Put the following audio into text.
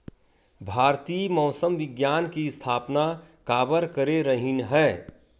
भारती मौसम विज्ञान के स्थापना काबर करे रहीन है?